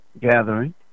gathering